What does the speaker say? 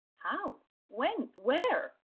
how when where?